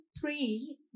three